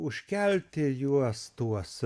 užkelti juos tuos